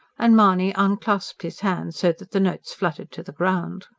and mahony unclasped his hands, so that the notes fluttered to the ground.